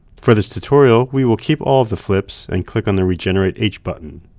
for this tutorial, we will keep all the flips, and click on the regenerate h button.